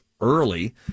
early